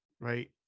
right